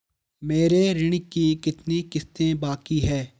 मेरे ऋण की कितनी किश्तें बाकी हैं?